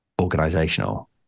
organizational